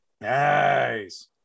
nice